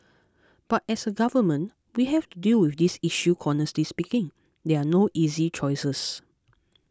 but as a government we have deal with this issue honestly speaking there are no easy choices